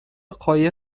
قایق